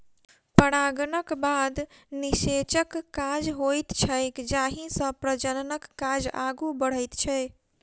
परागणक बाद निषेचनक काज होइत छैक जाहिसँ प्रजननक काज आगू बढ़ैत छै